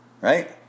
right